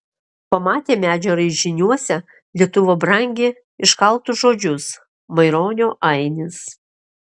pamatė medžio raižiniuose lietuva brangi iškaltus žodžius maironio ainis